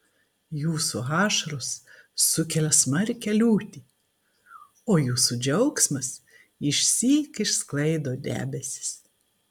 jūsų ašaros sukelia smarkią liūtį o jūsų džiaugsmas išsyk išsklaido debesis